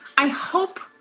i hope